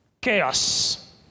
Chaos